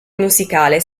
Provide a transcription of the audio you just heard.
musicale